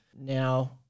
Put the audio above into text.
Now